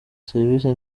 serivisi